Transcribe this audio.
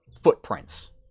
footprints